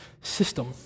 system